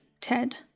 Ted